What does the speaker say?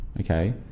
okay